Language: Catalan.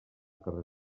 que